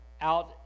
out